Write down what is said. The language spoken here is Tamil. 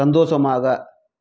சந்தோஷமாக